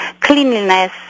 cleanliness